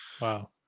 Wow